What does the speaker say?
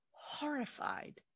horrified